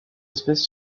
espèce